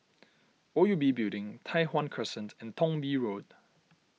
O U B Building Tai Hwan Crescent and Thong Bee Road